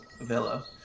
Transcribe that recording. Villa